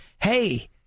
hey